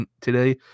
today